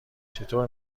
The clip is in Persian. چطور